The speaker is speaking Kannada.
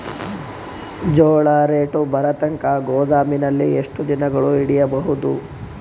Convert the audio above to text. ಜೋಳ ರೇಟು ಬರತಂಕ ಗೋದಾಮಿನಲ್ಲಿ ಎಷ್ಟು ದಿನಗಳು ಯಿಡಬಹುದು?